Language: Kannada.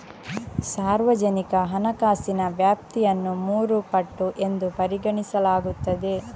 ಸಾರ್ವಜನಿಕ ಹಣಕಾಸಿನ ವ್ಯಾಪ್ತಿಯನ್ನು ಮೂರು ಪಟ್ಟು ಎಂದು ಪರಿಗಣಿಸಲಾಗುತ್ತದೆ